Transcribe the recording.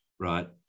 right